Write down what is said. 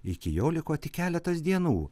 iki jo liko tik keletas dienų